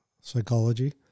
psychology